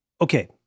Okay